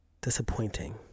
disappointing